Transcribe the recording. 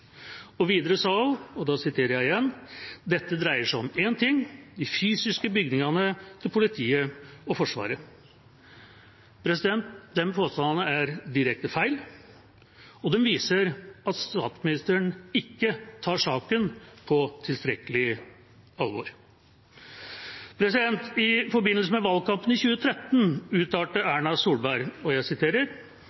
bygninger.» Videre sa hun: «Dette dreier seg om én ting: De fysiske bygningene til politiet og Forsvaret.» Disse påstandene er direkte feil. De viser at statsministeren ikke tar saken på tilstrekkelig alvor. I forbindelse med valgkampen i 2013 uttalte